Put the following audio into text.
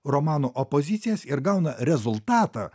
romano opozicijas ir gauna rezultatą